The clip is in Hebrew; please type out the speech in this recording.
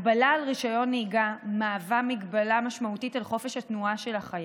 הגבלה על רישיון נהיגה מהווה מגבלה משמעותית על חופש התנועה של החייב,